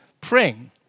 praying